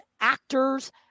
actors